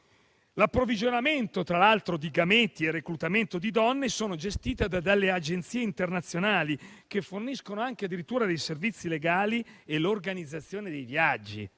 L'approvvigionamento, tra l'altro, di gameti e il reclutamento di donne sono gestiti da agenzie internazionali, che forniscono addirittura dei servizi legali e l'organizzazione dei viaggi.